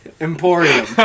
emporium